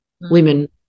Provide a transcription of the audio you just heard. women